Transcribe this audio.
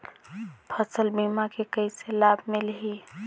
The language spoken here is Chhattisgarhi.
फसल बीमा के कइसे लाभ मिलही?